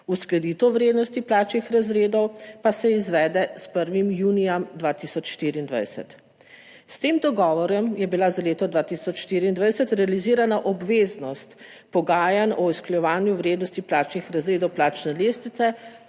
uskladitev vrednosti plačnih razredov pa se izvede s 1. junijem 2024. S tem dogovorom je bila za leto 2024 realizirana obveznost pogajanj o usklajevanju vrednosti plačnih razredov plačne lestvice,